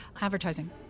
advertising